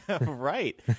Right